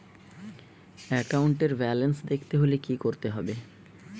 একাউন্টের ব্যালান্স দেখতে হলে কি করতে হবে?